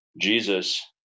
Jesus